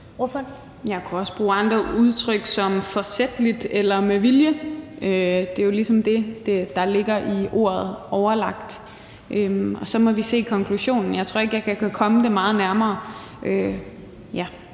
Jeg kunne også bruge andre udtryk som forsætligt eller med vilje. Det er jo ligesom det, der ligger i ordet overlagt, og så må vi se konklusionen. Jeg tror ikke, jeg kan komme det meget nærmere.